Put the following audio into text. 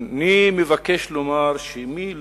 אני מבקש לומר שמי